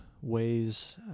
ways